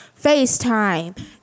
FaceTime